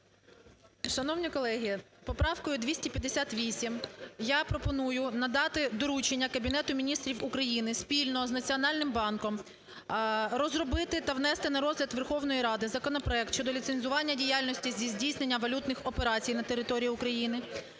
Шановні колеги, поправкою 258 я пропоную надати доручення Кабінету Міністрів України спільно з Національним банком розробити та внести на розгляд Верховної Ради законопроект щодо ліцензування діяльності зі здійснення валютних операцій на території України,